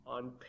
On